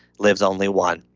lives only one.